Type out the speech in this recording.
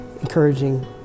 encouraging